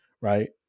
right